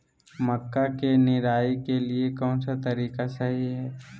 मक्का के निराई के लिए कौन सा तरीका सही है?